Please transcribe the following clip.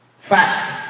Fact